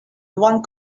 one